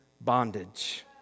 bondage